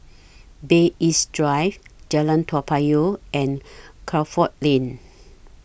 Bay East Drive Jalan Toa Payoh and Crawford Lane